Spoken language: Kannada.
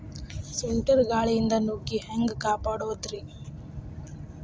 ಸುಂಟರ್ ಗಾಳಿಯಿಂದ ನುಗ್ಗಿ ಹ್ಯಾಂಗ ಕಾಪಡೊದ್ರೇ?